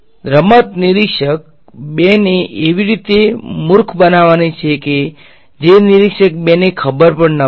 તેથી રમત નિરીક્ષક ૨ ને એવી રીતે મૂર્ખ બનાવવાની છે કે જે નિરીક્ષક ૨ ને ખબર ન હોય